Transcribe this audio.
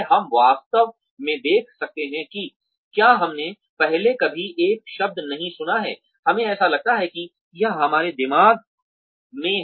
हम वास्तव में देख सकते हैं कि क्या हमने पहले कभी एक शब्द नहीं सुना है हमें ऐसा लगता है कि यह हमारे दिमाग में है